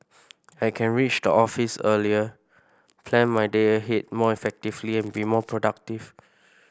I can reach the office earlier plan my day ahead more effectively and be more productive